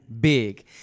big